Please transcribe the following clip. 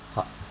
hot